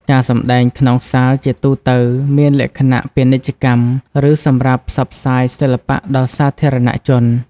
ការសម្តែងក្នុងសាលជាទូទៅមានលក្ខណៈពាណិជ្ជកម្ម ឬសម្រាប់ផ្សព្វផ្សាយសិល្បៈដល់សាធារណជន។